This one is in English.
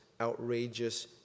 outrageous